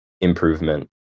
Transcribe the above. improvement